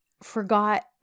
forgot